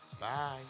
Bye